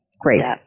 great